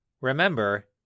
Remember